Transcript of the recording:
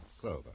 Clover